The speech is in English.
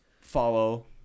follow